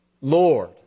Lord